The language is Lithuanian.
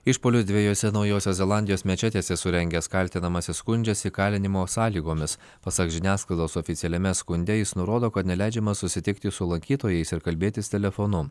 išpuolius dviejose naujosios zelandijos mečetėse surengęs kaltinamasis skundžiasi kalinimo sąlygomis pasak žiniasklaidos oficialiame skunde jis nurodo kad neleidžiama susitikti su lankytojais ir kalbėtis telefonu